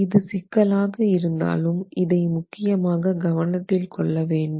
இது சிக்கலாக இருந்தாலும் இதை முக்கியமாக கவனத்தில் கொள்ள வேண்டும்